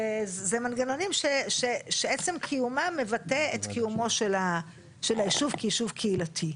וזה מנגנונים שעצם קיומם מבטא את קיומו של היישוב כיישוב קהילתי.